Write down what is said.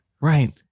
Right